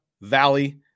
valley